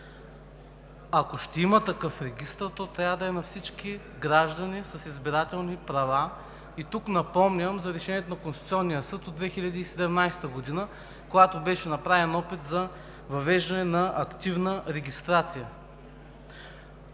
Ако ще има такъв регистър, то трябва да е на всички граждани с избирателни права. И тук напомням за решението на Конституционния съд от 2017 г., когато беше направен опит за въвеждане на активна регистрация.